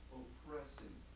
oppressing